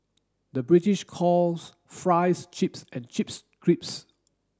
the British calls fries chips and chips crisps